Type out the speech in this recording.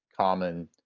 common